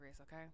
okay